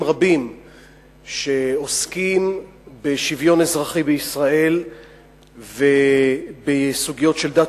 רבים שעוסקים בשוויון אזרחי בישראל ובסוגיות של דת